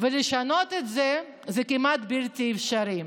לשנות את זה זה כמעט בלתי אפשרי,